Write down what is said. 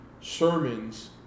sermons